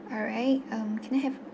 alright um can I have